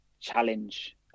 challenge